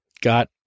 got